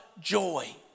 joy